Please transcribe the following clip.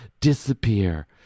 disappear